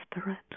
spirit